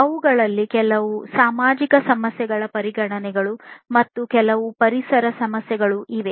ಅವುಗಳಲ್ಲಿ ಕೆಲವು ಸಾಮಾಜಿಕ ಸಮಸ್ಯೆಗಳ ಪರಿಗಣನೆಗಳು ಮತ್ತು ಕೆಲವು ಪರಿಸರ ಸಮಸ್ಯೆಗಳಿವೆ